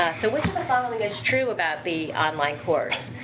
so which the following is true about the online course?